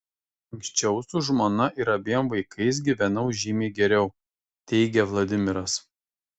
anksčiau su žmona ir abiem vaikais gyvenau žymiai geriau teigia vladimiras